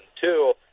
two –